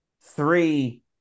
three